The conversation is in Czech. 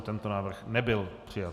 Tento návrh nebyl přijat.